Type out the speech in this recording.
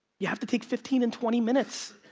you have to take fifteen and twenty minutes,